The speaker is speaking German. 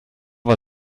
war